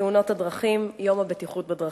בתאונות דרכים, יום הבטיחות בדרכים.